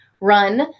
run